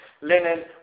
linen